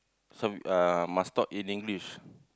some ah must talk in English